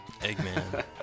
Eggman